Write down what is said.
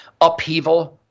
upheaval